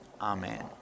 Amen